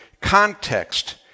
context